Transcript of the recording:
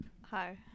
Hi